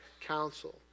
council